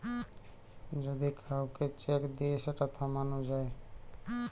যদি কাউকে চেক দিয়ে সেটা থামানো যায়